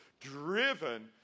driven